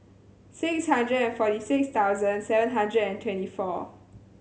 six hundred and forty six thousand seven hundred and twenty four